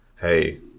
hey